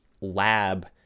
lab